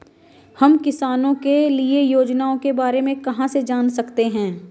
हम किसानों के लिए योजनाओं के बारे में कहाँ से जान सकते हैं?